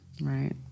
Right